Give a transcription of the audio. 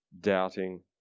doubting